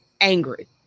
angry